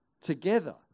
Together